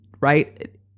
right